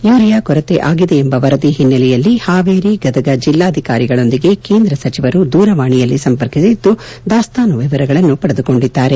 urea ಕೊರತೆ ಆಗಿದೆಯೆಂಬ ವರದಿ ಹಿಸ್ಟೆಲೆಯಲ್ಲಿ ಪಾವೇರಿ ಗದಗ ಜಿಲ್ದಾಧಿಕಾರಿಗಳೊಂದಿಗೆ ಕೇಂದ್ರ ಸಚಿವರು ದೂರವಾಣಿಯಲ್ಲಿ ಸಂಪರ್ಕಿಸಿದ್ದು ದಾಸ್ತಾನು ವಿವರಗಳನ್ನು ಪಡೆದುಕೊಂಡಿದ್ದಾರೆ